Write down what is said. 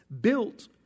built